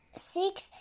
six